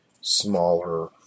smaller